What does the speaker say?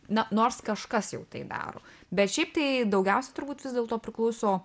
na nors kažkas jau tai daro bet šiaip tai daugiausia turbūt vis dėlto priklauso